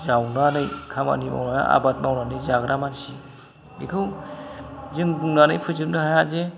जावनानै खामानि मावनानै आबाद मावनानै जाग्रा मानसि बेखौ जों बुंनानै फोजोबनो हाया जे